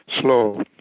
slow